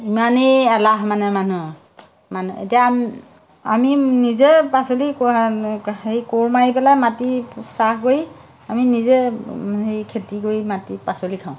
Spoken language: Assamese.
ইমানেই এলাহ মানে মানুহ মানে এতিয়া আমি নিজে পাচলি হেৰি কোৰ মাৰি পেলাই মাটি চাহ কৰি আমি নিজে সেই খেতি কৰি মাটি পাচলি খাওঁ